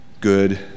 good